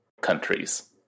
countries